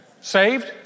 Saved